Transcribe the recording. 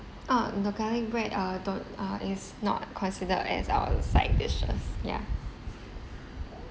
ah the garlic bread uh don't uh is not considered as our side dishes ya